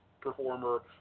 performer